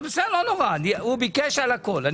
הוא ביקש על הכול.